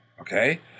okay